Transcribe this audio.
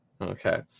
Okay